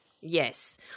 yes